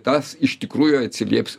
tas iš tikrųjų atsilieps